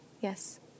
Yes